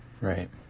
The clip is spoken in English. Right